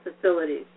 facilities